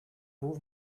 був